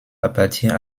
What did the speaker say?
appartient